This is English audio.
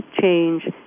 change